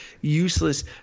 useless